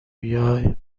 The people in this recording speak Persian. بیای